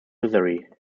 misery